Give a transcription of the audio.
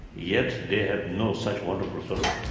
yet they have no such wonderful sort of